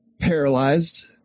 paralyzed